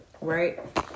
right